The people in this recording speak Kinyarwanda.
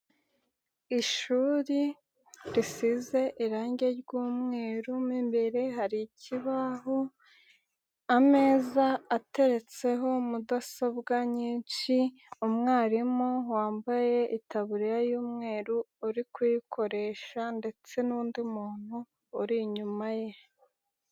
Ishuri risize irange ry'umweru, mo imbere hari ikibaho, ameza ateretseho mudasobwa nyinshi, umwarimu wambaye itaburiya y'umweru uri kuyikoresha ndetse n'undi muntu uri inyuma ye.